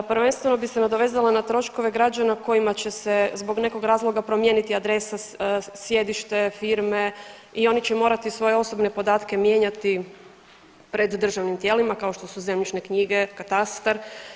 Prvenstveno bih se nadovezala na troškove građana kojima će se zbog nekog razloga promijeniti adresa, sjedište firme i oni će morati svoje osobne podatke mijenjati pred državnim tijelima kao što su zemljišne knjige i katastar.